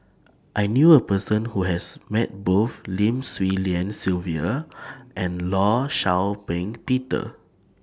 I knew A Person Who has Met Both Lim Swee Lian Sylvia and law Shau Ping Peter